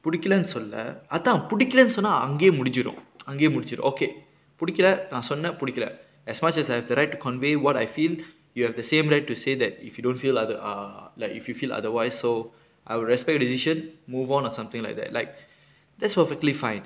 புடிக்கலன்னு சொல்ல அதா புடிக்கலன்னு சொன்னா அங்கயே முடிஞ்சிரும் அங்கயே முடிஞ்சிரும்:pudikalannu solla athaa pudikalanu sonnaa angayae mudinjirum angayae mudinjirum okay புடிக்கல நா சொன்ன புடிக்கல:pudikala naa sonna pudikala as much as I have the right to convey what I feel you have the same right to say that if you don't feel other~ ah like if you feel otherwise so I would respect the decision move on or something like that like that's perfectly fine